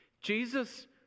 Jesus